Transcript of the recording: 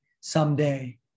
someday